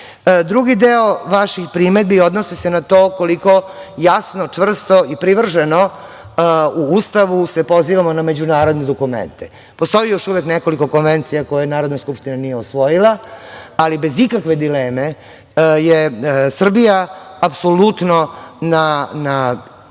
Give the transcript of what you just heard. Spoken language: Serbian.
deo vaših primedbi odnosi se na to jasno, čvrsto i privrženo. U Ustavu se pozivamo na međunarodne dokumente. Postoji još uvek nekoliko konvencija koje Narodna skupština nije usvojila, ali bez ikakve dileme je Srbija apsolutno na